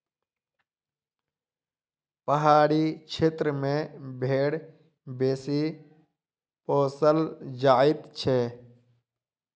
पहाड़ी क्षेत्र मे भेंड़ बेसी पोसल जाइत छै